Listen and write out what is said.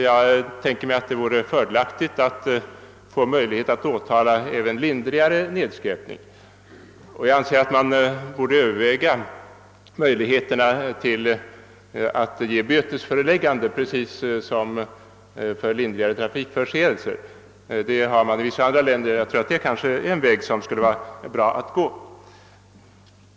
Jag tänker mig att det vore fördelaktigt att få möjlighet att åtala även lindrigare nedskräpning, och jag anser att man borde överväga möjligheterna att ge bötesföreläggande precis som för lindrigare trafikförseelser. Det har man i vissa andra länder, och jag tror det är en väg som det kanske skulle vara lämpligt att gå.